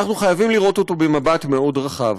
אנחנו חייבים לראות במבט מאוד רחב,